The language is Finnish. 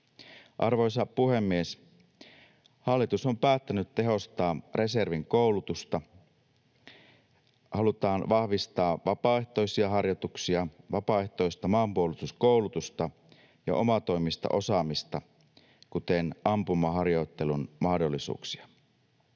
Arvoisa puhemies! Hallitus on päättänyt tehostaa reservin koulutusta. Halutaan vahvistaa vapaaehtoisia harjoituksia, vapaaehtoista maanpuolustuskoulutusta ja omatoimista osaamista, kuten ampumaharjoittelun mahdollisuuksia.